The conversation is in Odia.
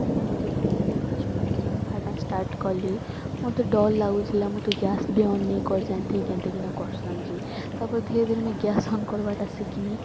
ମୁଇଁ ଯେତେବେଲେ ଫାଷ୍ଟ୍ ଫାଷ୍ଟ୍ ରାନ୍ଧ୍ବାଟା ଷ୍ଟାର୍ଟ୍ କଲି ମୋତେ ଡର୍ ଲାଗୁଥିଲା ମୁଇଁ ତ ଗ୍ୟାସ୍ ବି ଅନ୍ ନେଇକର୍ ଜାନଥି କେନ୍ତା କିନା କର୍ ସନଜି ତା'ପରେ ଧୀରେଧୀରେ ମୁଇଁ ଗ୍ୟାସ୍ ଅନ୍ କର୍ବାଟା ଶିଖ୍ନି